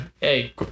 Hey